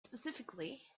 specifically